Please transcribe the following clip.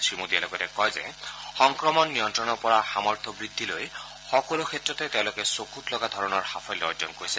শ্ৰীমোদীয়ে লগতে কয় যে সংক্ৰমণ নিয়ন্ত্ৰণৰ পৰা সামৰ্থ বৃদ্ধিলৈ সকলো ক্ষেত্ৰতে তেওঁলোকে চকৃত লগা ধৰণৰ সাফল্য অৰ্জন কৰিছে